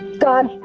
god!